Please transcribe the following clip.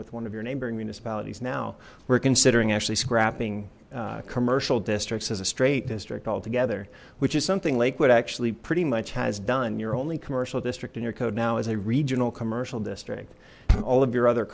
with one of your neighboring municipalities now we're considering actually scrapping commercial districts as a straight district altogether which is something like what actually pretty much has done your only commercial district in your code now is a regional commercial district all of your other